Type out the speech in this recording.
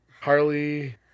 Harley